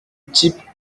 type